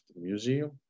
Museum